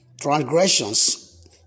transgressions